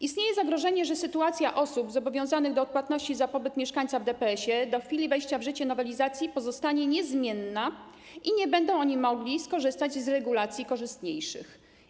Istnieje zagrożenie, że sytuacja osób zobowiązanych do odpłatności za pobyt mieszkańca w DPS-ie do chwili wejścia w życie nowelizacji pozostanie niezmienna i nie będą oni mogli skorzystać z regulacji korzystniejszych.